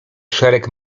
szereg